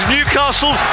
Newcastle